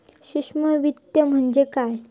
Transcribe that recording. सूक्ष्म वित्त म्हणजे काय?